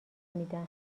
میدم